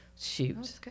Shoot